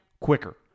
quicker